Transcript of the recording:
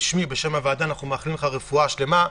בשמי ובשם הוועדה, אנחנו מאחלים לך רפואה שלמה,